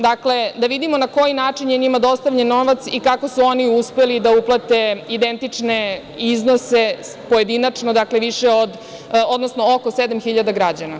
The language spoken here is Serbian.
Dakle, da vidimo na koji način je njima dostavljen novac i kako su oni uspeli da uplate identične iznose pojedinačno, odnosno oko 7.000 građana.